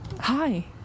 Hi